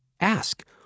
Ask